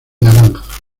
naranja